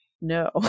no